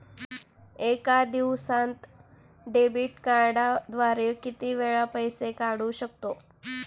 एका दिवसांत डेबिट कार्डद्वारे किती वेळा पैसे काढू शकतो?